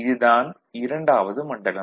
இது தான் இரண்டாவது மண்டலம்